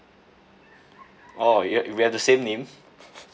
oh you we have the same name